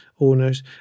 owners